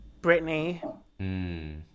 Britney